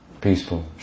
peaceful